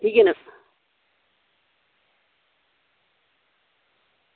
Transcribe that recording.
ठीक आहे ना